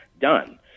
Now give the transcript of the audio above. done